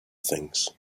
things